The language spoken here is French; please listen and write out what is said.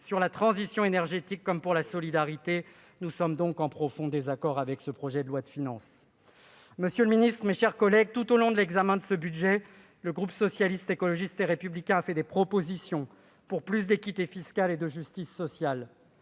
Sur la transition énergétique comme sur la solidarité, nous sommes donc en profond désaccord avec ce projet de loi de finances. Monsieur le ministre, mes chers collègues, tout au long de l'examen du budget, le groupe Socialiste, Écologiste et Républicain a fait des propositions pour plus d'équité fiscale et de justice sociale.